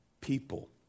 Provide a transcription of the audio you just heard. People